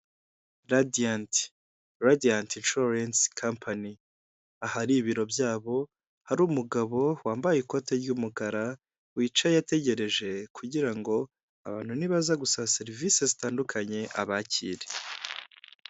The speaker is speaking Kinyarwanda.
Radiyanti radiyanti inshuwarensi kampani, ahari ibiro byabo hari umugabo wambaye ikote ry'umukara wicaye ategereje kugira ngo abantu nibaza gusaba serivisi zitandukanye abakire.